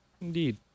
Indeed